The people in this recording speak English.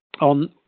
on